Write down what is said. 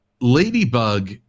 Ladybug